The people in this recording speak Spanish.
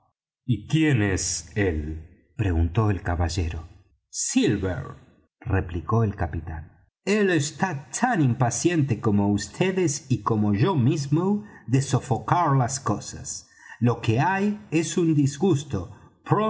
y quién es él preguntó el caballero silver replicó el capitán él está tan impaciente como vds y como yo mismo de sofocar las cosas lo que hay es un disgusto